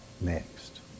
next